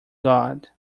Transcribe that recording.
god